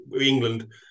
England